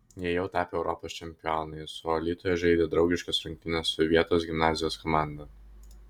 jie jau tapę europos čempionais o alytuje žaidė draugiškas rungtynes su vietos gimnazijos komanda